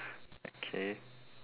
okay